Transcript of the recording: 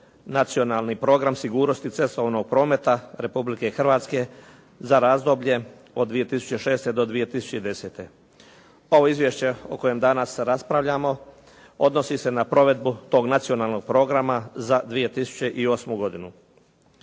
Nacionalni program sigurnosti cestovnog prometa Republike Hrvatske za razdoblje od 2006. do 2010. Ovo izvješće o kojem danas raspravljamo odnosi se za provedbu tog nacionalnog programa za 2008. godinu.